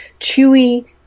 chewy